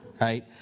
Right